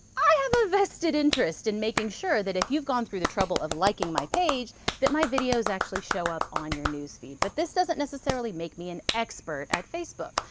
i have a vested interest in making sure that if you've gone through the trouble of liking my page that my videos actually show up on your news feed. but this doesn't necessarily make me an expert at facebook.